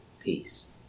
peace